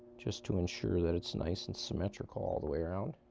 just to ensure that it's nice and symmetrical all the way around.